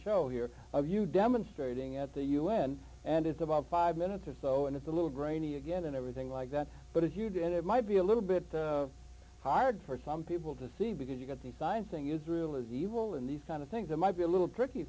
show here of you demonstrating at the u n and it's about five minutes or so and it's a little grainy again and everything like that but if you did it might be a little bit hard for some people to see because you got the sign saying israel is evil and these kind of things it might be a little tricky